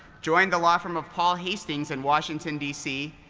joined the law firm of paul hastings in washington dc,